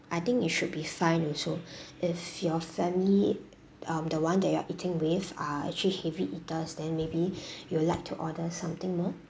I think it should be fine also if your family um the [one] that you're eating with are actually heavy eaters then maybe you'd like to order something more